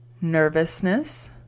nervousness